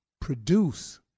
produce